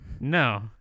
No